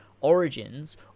Origins